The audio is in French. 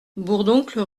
bourdoncle